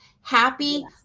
happy